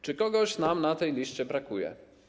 Czy kogoś nam na tej liście brakuje?